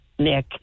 Nick